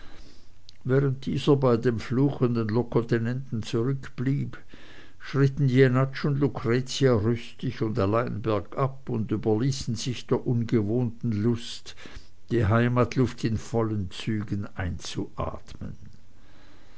während dieser bei dem fluchenden locotenenten zurückblieb schritten jenatsch und lucretia rüstig und allein bergab und überließen sich der ungewohnten lust die heimatluft in vollen zügen einzuatmen